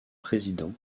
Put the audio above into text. président